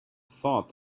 thought